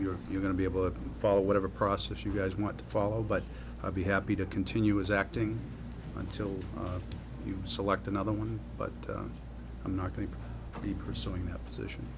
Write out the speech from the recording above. so you're going to be able to follow whatever process you guys want to follow but i'd be happy to continue as acting until you select another one but i'm not going to be pursuing that